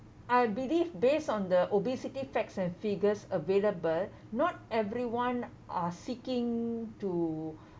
I believe based on the obesity facts and figures available not everyone are seeking to